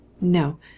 no